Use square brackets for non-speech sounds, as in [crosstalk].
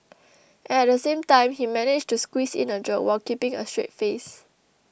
[noise] and at the same time he managed to squeeze in a joke while keeping a straight face